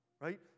Right